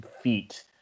feet